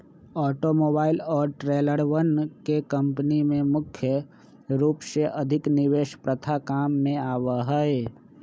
automobile और ट्रेलरवन के कम्पनी में मुख्य रूप से अधिक निवेश प्रथा काम में आवा हई